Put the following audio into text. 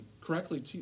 correctly